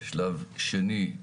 שלב שני,